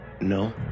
No